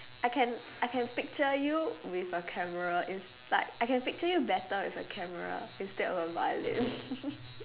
I can I can picture you with a camera it's like I can picture you better with a camera instead of a violin